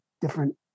different